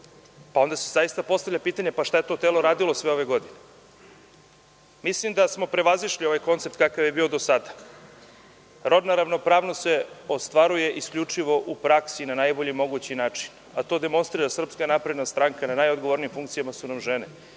Onda se zaista postavlja pitanje šta je to telo radilo sve ove godine? Mislim da smo prevazišli ovaj koncept kakav je bio do sada. Rodna ravnopravnost se ostvaruje isključivo u praksi na najbolji mogući način, a to demonstrira SNS. Na najodgovornijim funkcijama su nam žene